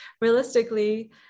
realistically